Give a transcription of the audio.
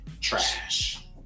trash